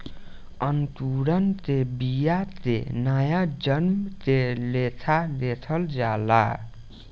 अंकुरण के बिया के नया जन्म के लेखा देखल जाला